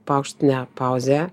paukšt ne pauzė